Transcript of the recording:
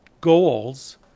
goals